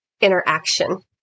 interaction